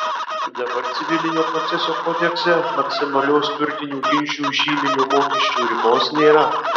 dabar civilinio proceso kodekse maksimalios turtinių ginčų žyminio mokesčio ribos nėra